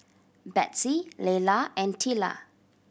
Betsey Leila and Tilla